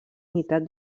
meitat